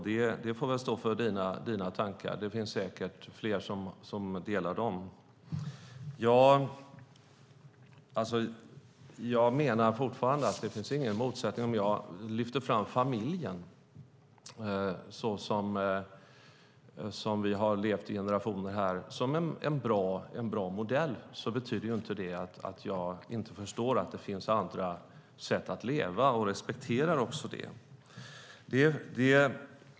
Det får stå för dig, och de finns säkert fler som delar de tankarna. Jag menar fortfarande att det inte finns någon motsättning. Om jag lyfter fram familjen, såsom vi levt i generationer, som en bra modell betyder det inte att jag inte förstår att det finns andra sätt att leva på, och jag respekterar det.